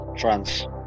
France